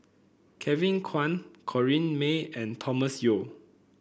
Kevin Kwan Corrinne May and Thomas Yeo